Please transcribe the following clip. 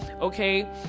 okay